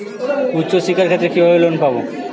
উচ্চশিক্ষার ক্ষেত্রে কিভাবে লোন পাব?